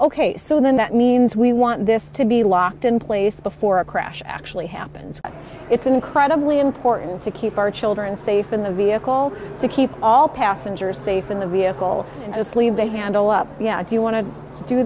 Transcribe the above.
ok so then that means we want this to be locked in place before a crash actually happens it's incredibly important to keep our children safe in the vehicle to keep all passengers safe in the vehicle and just leave they handle up yeah if you wan